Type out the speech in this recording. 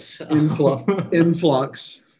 Influx